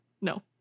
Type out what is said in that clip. no